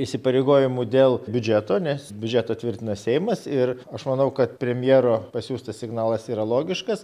įsipareigojimų dėl biudžeto nes biudžetą tvirtina seimas ir aš manau kad premjero pasiųstas signalas yra logiškas